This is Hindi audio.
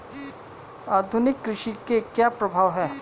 आधुनिक कृषि के क्या प्रभाव हैं?